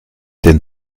den